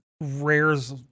Rare's